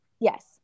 Yes